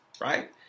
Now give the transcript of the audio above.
right